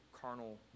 carnal